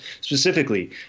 specifically